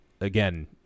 again